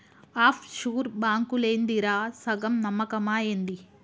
half sure బాంకులేందిరా, సగం నమ్మకమా ఏంది